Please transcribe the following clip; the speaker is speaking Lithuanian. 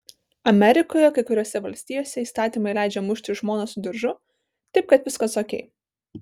amerikoje kai kuriose valstijose įstatymai leidžia mušti žmoną su diržu taip kad viskas okei